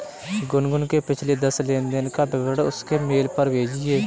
गुनगुन के पिछले दस लेनदेन का विवरण उसके मेल पर भेजिये